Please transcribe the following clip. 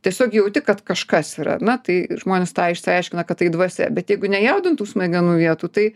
tiesiog jauti kad kažkas yra na tai žmonės tą išsiaiškina kad tai dvasia bet jeigu nejaudintų smegenų vietų tai